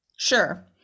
Sure